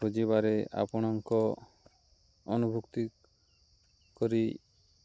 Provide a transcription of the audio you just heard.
ଖୋଜିବାରେ ଆପଣଙ୍କ ଅନୁଭୁକ୍ତି କରି